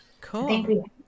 cool